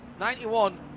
91